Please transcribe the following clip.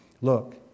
Look